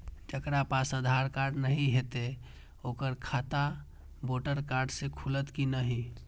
जकरा पास आधार कार्ड नहीं हेते ओकर खाता वोटर कार्ड से खुलत कि नहीं?